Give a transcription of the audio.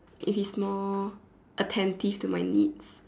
if he's more attentive to my needs